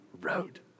road